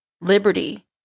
liberty